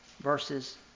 verses